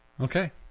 Okay